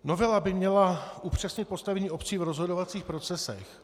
Novela by měla upřesnit postavení obcí v rozhodovacích procesech.